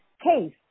case